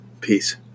Peace